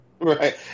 Right